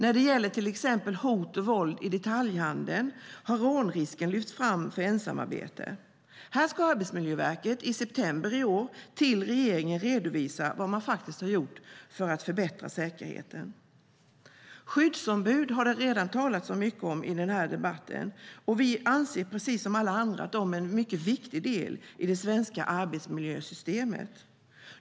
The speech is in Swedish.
När det gäller till exempel hot och våld i detaljhandeln har rånrisken för ensamarbetande lyfts fram. Arbetsmiljöverket ska i september i år till regeringen redovisa vad man har gjort för att förbättra säkerheten här. Skyddsombud har det redan talats om mycket i debatten. Vi anser precis som alla andra att de är en mycket viktig del av det svenska arbetsmiljösystemet.